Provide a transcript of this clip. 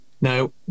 Now